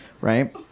right